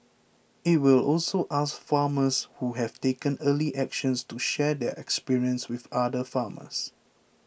it will also ask farmers who have taken early actions to share their experience with other farmers